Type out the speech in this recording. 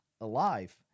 alive